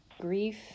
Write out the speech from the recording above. grief